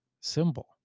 symbol